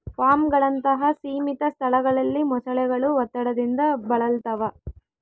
ಫಾರ್ಮ್ಗಳಂತಹ ಸೀಮಿತ ಸ್ಥಳಗಳಲ್ಲಿ ಮೊಸಳೆಗಳು ಒತ್ತಡದಿಂದ ಬಳಲ್ತವ